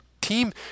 team